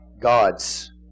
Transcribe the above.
Gods